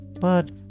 but